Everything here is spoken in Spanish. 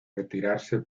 retirarse